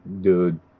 dude